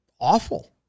awful